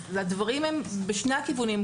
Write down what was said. אז הדברים הם בשני הכיוונים.